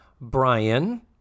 Brian